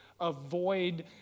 avoid